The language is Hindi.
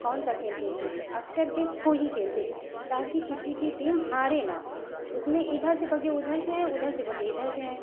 कौन सा खेल खेलते थे अक्सर के खो ही खेलते थे ताकि किसी की टीम हारे न उसमें इधर से भगे उधर से आएँ उधर से भगे इधर से आएँ